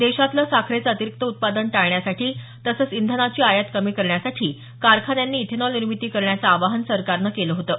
देशातल साखरेच अतिरिक्त उत्पादन टाळण्यासाठी तसंच इधनाची आयात कमी करण्यासाठी कारखान्यांनी इथेनॉल निर्मिती करण्याचं आवाहन सरकारनं केलं होतं